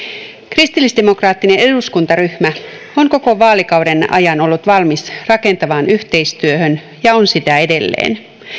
kristillisdemokraattinen eduskuntaryhmä on koko vaalikauden ajan ollut valmis rakentavaan yhteistyöhön ja on sitä edelleen